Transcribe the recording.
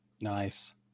Nice